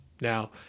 Now